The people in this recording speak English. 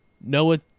Noah